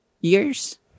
years